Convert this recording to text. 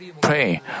pray